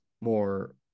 more